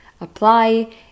apply